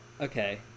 okay